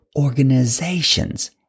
organizations